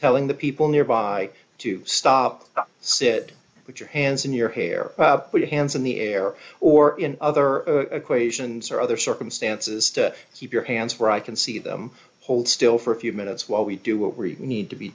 telling the people nearby to stop sit with your hands in your hair your hands in the air or in other equations or other circumstances to keep your hands where i can see them hold still for a few minutes while we do what we need to be